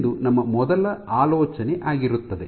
ಎಂದು ನಮ್ಮ ಮೊದಲ ಆಲೋಚನೆ ಆಗಿರುತ್ತದೆ